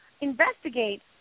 investigate